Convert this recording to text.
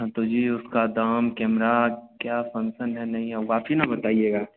हाँ तो यह उसका दाम कैमरा क्या फंगक्शन है नहीं है वह आप ही ना बताइएगा